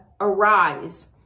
arise